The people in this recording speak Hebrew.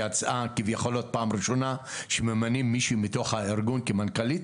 פעם ראשונה שממנים מישהו מתוך הארגון כמנכ"לית.